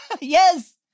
Yes